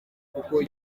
kuko